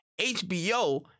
hbo